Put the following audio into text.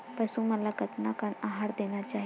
पशु मन ला कतना आहार देना चाही?